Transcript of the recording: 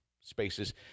spaces